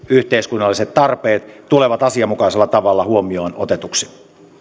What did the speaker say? yhteiskunnalliset tarpeet tulevat asianmukaisella tavalla huomioon otetuksi